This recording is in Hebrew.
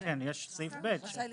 רשאי לקבוע.